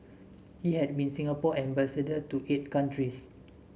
he had been Singapore ambassador to eight countries